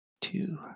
two